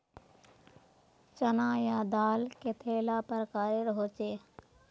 चना या दाल कतेला प्रकारेर होचे?